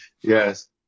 Yes